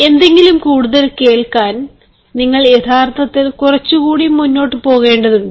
എന്തെങ്കിലും കൂടുതൽ കേൾക്കാൻ നിങ്ങൾ യഥാർത്ഥത്തിൽ കുറച്ചു കൂടി മുന്നോട്ടു പോകേണ്ടതുണ്ട്